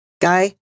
guy